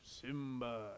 Simba